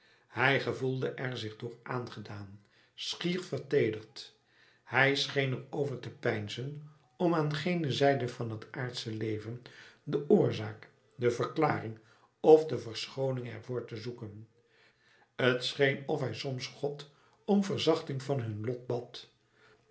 hij gevoelde er zich door aangedaan schier verteederd hij scheen er over te peinzen om aan gene zijde van het aardsche leven de oorzaak de verklaring of de verschooning er voor te zoeken t scheen of hij soms god om verzachting van hun lot bad